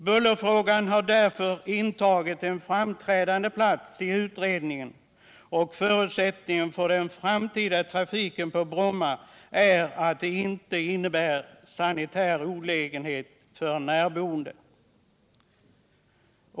Denna fråga har intagit en framträdande plats i utredningen, och förutsättningen för den framtida trafiken på Bromma är att bullret inte innebär sanitär olägenhet för närboende.